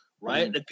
right